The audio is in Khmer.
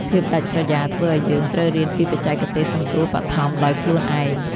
ភាពដាច់ស្រយាលធ្វើឱ្យយើងត្រូវរៀនពីបច្ចេកទេសសង្គ្រោះបឋមដោយខ្លួនឯង។